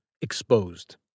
exposed